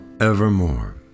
evermore